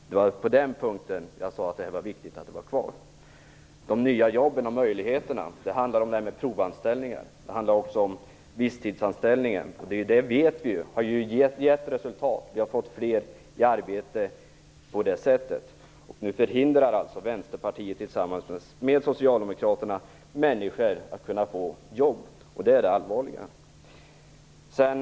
Det är i det avseendet som jag sade att det är viktigt att ha kvar nämnda möjlighet. De nya jobben och möjligheterna handlar om det här med provanställningarna men också om visstidsanställning. Vi vet att det ger resultat. Vi har fått fler i arbete på det sättet. Men nu förhindrar Vänsterpartiet och Socialdemokraterna att människor kan få jobb. Det är det som är allvarligt.